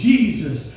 Jesus